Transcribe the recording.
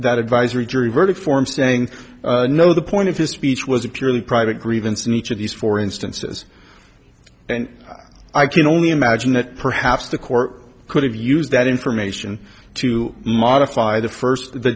that advisory jury verdict form saying no the point of his speech was a purely private grievance in each of these four instances and i can only imagine that perhaps the court could have used that information to modify the first the